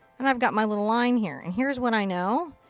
and i've got my little line here. and here's what i know.